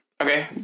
Okay